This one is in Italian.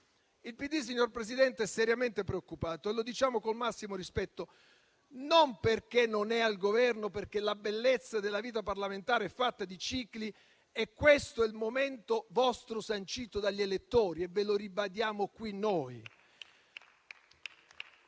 signor Presidente, è seriamente preoccupato - e lo diciamo con il massimo rispetto - non perché non è al Governo: la bellezza della vita parlamentare è fatta di cicli e questo è il vostro momento, sancito dagli elettori, e ve lo ribadiamo qui noi.